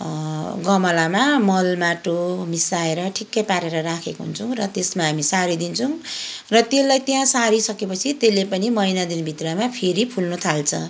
गमलामा मल माटो मिसाएर ठिक्कै पारेर राखेको हुन्छौँ र त्यसमा हामी सारिदिन्छौँ र त्यसलाई त्यहाँ सारिसकेपछि त्यसले पनि महिना दिनभित्रमा फेरि फुल्नु थाल्छ